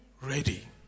ready